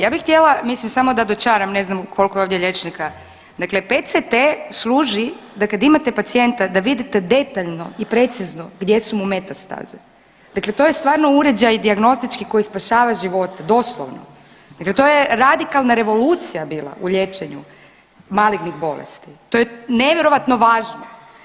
Ja bih htjela mislim samo da dočaram, ne znam koliko je ovdje liječnika, dakle PTC služi da kad imate pacijenta da vidite detaljno i precizno gdje su mu metastaze, dakle to je stvarno uređaj dijagnostički koji spašava živote doslovno jer to je radikalna revolucija bila u liječenju malignih bolesti, to je nevjerojatno važno.